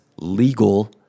legal